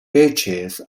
beaches